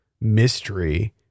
mystery